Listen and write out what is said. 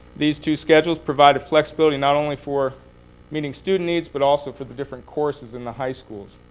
these two schedules provided flexibility not only for meeting student needs, but also for the different courses in the high schools.